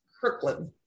Kirkland